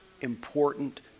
important